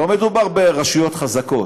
לא מדובר ברשויות חזקות,